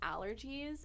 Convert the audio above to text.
allergies